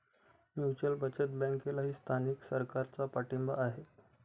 mutual बचत बँकेलाही स्थानिक सरकारचा पाठिंबा आहे